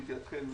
לידיעתכם,